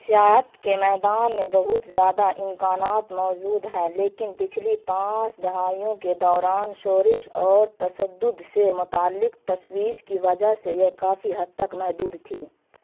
سیاحت کے میدان میں بہت زیادہ امکانات موجود ہیں لیکن پچھلی پانچ دہائیوں کے دوران شورش اور تسدد سے متعلق تشویش کی وجہ سے یہ کافی حد تک محدود تھی